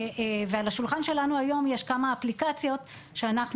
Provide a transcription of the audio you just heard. על השולחן שלנו היום יש כמה אפליקציות שאנחנו